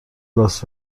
لاس